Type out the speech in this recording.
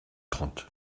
trente